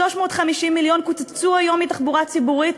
350 מיליון קוצצו היום מהתחבורה הציבורית,